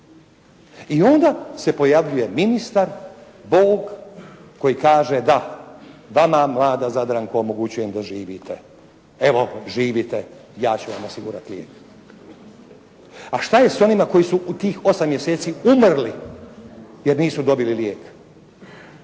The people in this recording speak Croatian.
I onda se pojavljuje ministar, Bog, koji kaže da, Vama mlada Zadranko omogućujem da živite. Evo, živite, ja ću vam osigurati lijek. A što je s onima koji su u tih osam mjeseci umrli jer nisu dobili lijek?